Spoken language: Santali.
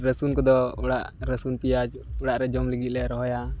ᱨᱟᱹᱥᱩᱱ ᱠᱚᱫᱚ ᱚᱲᱟᱜ ᱨᱟᱹᱥᱩᱱ ᱯᱤᱭᱟᱡᱽ ᱚᱲᱟᱜᱨᱮ ᱡᱚᱢ ᱞᱟᱹᱜᱤᱫᱞᱮ ᱨᱚᱦᱚᱭᱟ